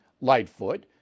Lightfoot